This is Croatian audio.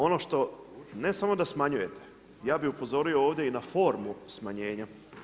Ono što ne samo da smanjujete, ja bi upozorio ovdje i na formu smanjenja.